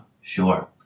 Sure